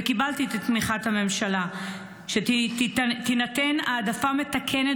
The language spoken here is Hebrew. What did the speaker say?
וקיבלתי את תמיכת הממשלה לכך שתינתן העדפה מתקנת